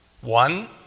One